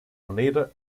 oneida